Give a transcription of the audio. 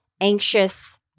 anxious